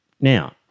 Now